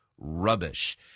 rubbish